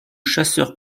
chasseurs